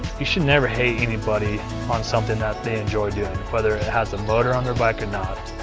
you should never hate anybody on something that they enjoy doing whether it has a motor on their bike or not.